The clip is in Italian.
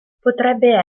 potrebbe